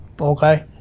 Okay